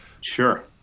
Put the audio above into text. Sure